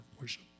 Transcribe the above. worship